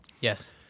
Yes